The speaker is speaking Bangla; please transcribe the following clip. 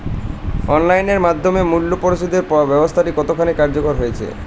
অনলাইন এর মাধ্যমে মূল্য পরিশোধ ব্যাবস্থাটি কতখানি কার্যকর হয়েচে?